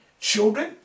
Children